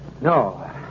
No